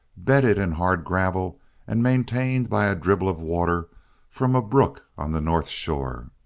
bedded in hard gravel and maintained by a dribble of water from a brook on the north shore.